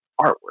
artwork